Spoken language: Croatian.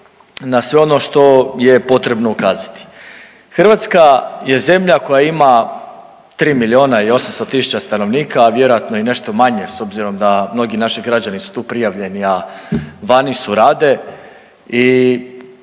na sve ono što je potrebno ukazati. Hrvatska je zemlja koja ima 3 milijuna i 800 tisuća stanovnika, a vjerojatno i nešto manje s obzirom da mnogi naši građani su tu prijavljeni, a vani su rade